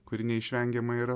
kuri neišvengiama yra